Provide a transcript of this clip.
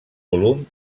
volum